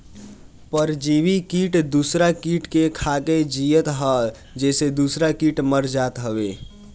परजीवी किट दूसर किट के खाके जियत हअ जेसे दूसरा किट मर जात हवे